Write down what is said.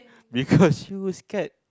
because you will scared